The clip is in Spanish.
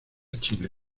chile